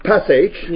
Passage